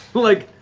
like,